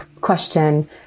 question